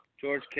George